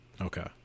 Okay